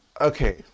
okay